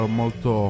molto